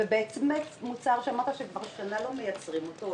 בעצם למוצר שאמרת שכבר שנה לא מייצרים אותו או